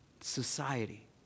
society